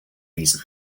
reason